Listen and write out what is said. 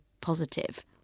positive